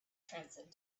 transcend